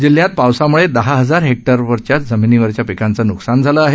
जिल्ह्यात पावसामुळे दहा हजार हेक्टरवर जमिनीवरच्या पिकांचं न्कसान झालं आहे